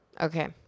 Okay